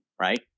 right